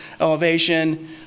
elevation